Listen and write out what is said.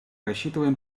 рассчитываем